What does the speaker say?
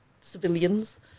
civilians